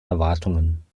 erwartungen